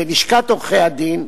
ולשכת עורכי-הדין,